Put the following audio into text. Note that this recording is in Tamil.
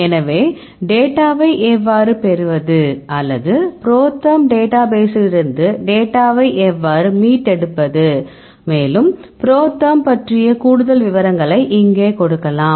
எனவே டேட்டாவை எவ்வாறு பெறுவது அல்லது ProTherm டேட்டா பேசிலிருந்து டேட்டாவை எவ்வாறு மீட்டெடுப்பது மேலும் ProTherm பற்றிய கூடுதல் விவரங்களை இங்கே கொடுக்கலாம்